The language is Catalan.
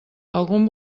algun